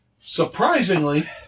Surprisingly